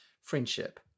friendship